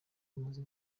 amaze